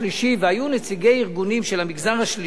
והיו נציגי ארגונים של המגזר השלישי,